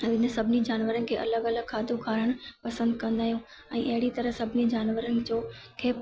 ऐं सभिनी जानवरनि खे अलॻि अलॻि खाधो खाइणु पसंदि कंदा आहियूं ऐं अहिड़ी तरह सभिनी जानवरनि जो खे